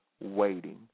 waiting